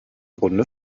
runde